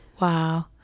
Wow